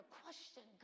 question